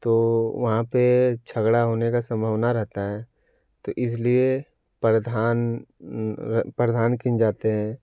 तो वहाँ पे झगड़ा होने का संभावना रहता है तो इसलिए प्रधान प्रधान की जाते हैं